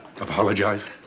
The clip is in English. Apologize